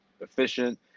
efficient